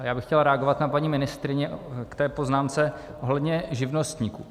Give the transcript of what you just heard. Já bych chtěl reagovat na paní ministryni k té poznámce ohledně živnostníků.